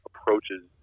approaches